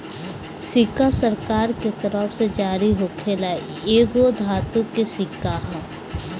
सिक्का सरकार के तरफ से जारी होखल एगो धातु के सिक्का ह